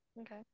Okay